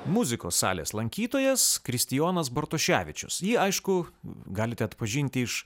muzikos salės lankytojas kristijonas bartoševičius jį aišku galite atpažinti iš